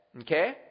Okay